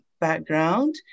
background